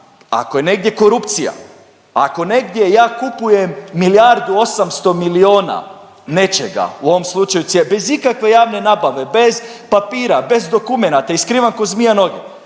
ako je negdje korupcija, ako negdje ja kupujem milijardu 800 milijuna nečega u ovom slučaju cjepivo, bez ikakve javne nabave, bez papira, bez dokumenata i skrivam ko zmija noge.